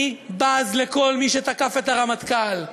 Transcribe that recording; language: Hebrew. אני בז לכל מי שתקף את הרמטכ"ל.